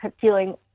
feeling